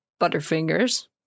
Butterfingers